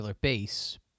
Base